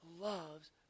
loves